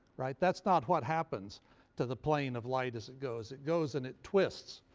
right? that's not what happens to the plane of light as it goes. it goes and it twists.